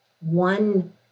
one